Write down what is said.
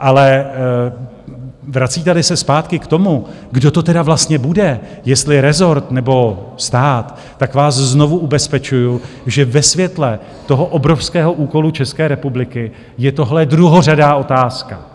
Ale vracíteli se zpátky k tomu, kdo to tedy vlastně bude, jestli rezort, nebo stát, tak vás znovu ubezpečuju, že ve světle toho obrovského úkolu České republiky je tohle druhořadá otázka.